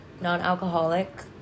Non-alcoholic